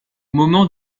moment